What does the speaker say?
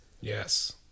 yes